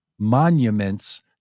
monuments